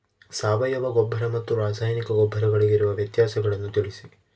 ಸಾವಯವ ಗೊಬ್ಬರ ಮತ್ತು ರಾಸಾಯನಿಕ ಗೊಬ್ಬರಗಳಿಗಿರುವ ವ್ಯತ್ಯಾಸಗಳನ್ನು ತಿಳಿಸಿ?